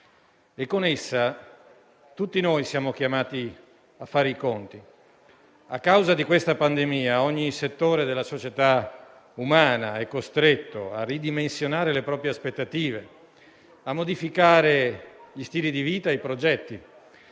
e con essa tutti noi siamo chiamati a fare i conti. A causa di questa pandemia ogni settore della società umana è costretto a ridimensionare le proprie aspettative, a modificare gli stili di vita e i progetti,